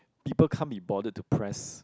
people can't be bothered to press